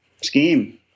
scheme